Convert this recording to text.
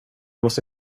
måste